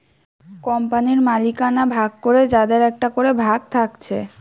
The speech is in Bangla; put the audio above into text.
কোম্পানির মালিকানা ভাগ করে যাদের একটা করে ভাগ থাকছে